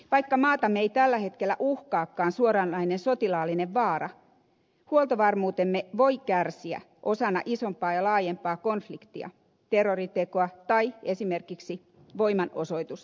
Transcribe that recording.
vaikka maatamme ei tällä hetkellä uhkaakaan suoranainen sotilaallinen vaara huoltovarmuutemme voi kärsiä osana isompaa ja laajempaa konfliktia terroritekoa tai esimerkiksi voimanosoitusta